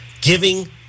giving